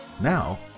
Now